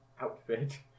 outfit